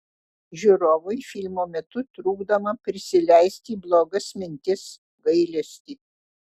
žiūrovui filmo metu trukdoma prisileisti blogas mintis gailestį